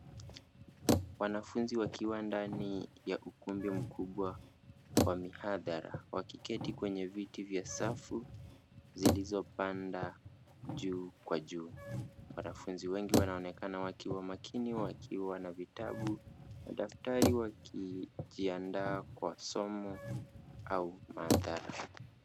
Wanafunzi wakiwa ndani ya ukumbi mkubwa wa mihadhara; wakiketi kwenye viti vya safu zilizopanda juu kwa juu. Wanafunzi wengi wanaonekana wakiwa makini wakiwa na vitabu na daftari wakijiandaa kwa somo au mandhari.